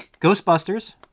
Ghostbusters